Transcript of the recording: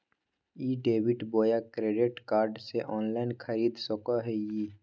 ई debit बोया credit card से online खरीद सको हिए?